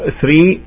three